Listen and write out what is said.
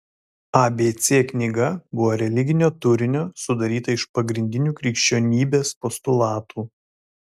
abc knyga buvo religinio turinio sudaryta iš pagrindinių krikščionybės postulatų